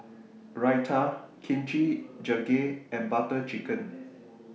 Raita Kimchi Jjigae and Butter Chicken